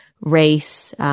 race